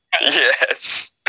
Yes